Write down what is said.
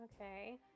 Okay